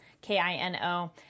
K-I-N-O